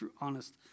honest